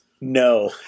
no